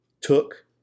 took